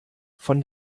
von